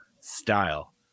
style